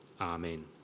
Amen